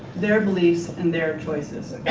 their beliefs and their choices.